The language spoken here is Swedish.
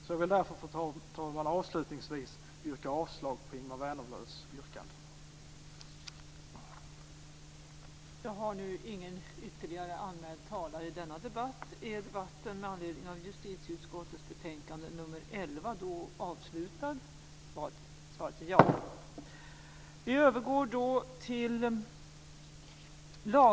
Jag vill därför avslutningsvis, fru talman, yrka avslag på